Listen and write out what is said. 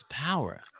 power